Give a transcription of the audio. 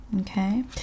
okay